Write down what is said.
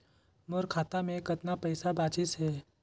मोर खाता मे कतना पइसा बाचिस हे?